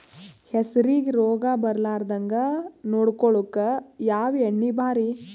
ಹೆಸರಿಗಿ ರೋಗ ಬರಲಾರದಂಗ ನೊಡಕೊಳುಕ ಯಾವ ಎಣ್ಣಿ ಭಾರಿ?